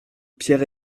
pierre